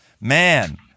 Man